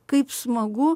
kaip smagu